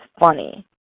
funny